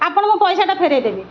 ଆପଣ ମୋ ପଇସାଟା ଫେରାଇ ଦେବେ